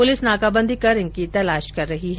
police नाकाबंदी कर इनकी तलाश कर रही है